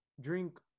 drink